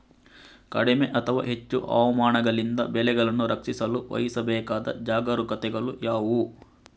ಕಡಿಮೆ ಅಥವಾ ಹೆಚ್ಚು ಹವಾಮಾನಗಳಿಂದ ಬೆಳೆಗಳನ್ನು ರಕ್ಷಿಸಲು ವಹಿಸಬೇಕಾದ ಜಾಗರೂಕತೆಗಳು ಯಾವುವು?